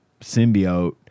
symbiote